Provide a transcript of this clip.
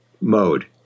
mode